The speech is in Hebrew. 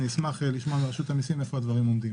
אשמח לשמוע מרשות המיסים איפה הדברים עומדים,